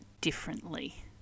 differently